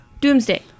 Doomsday